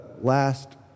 last